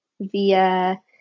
via